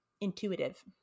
intuitive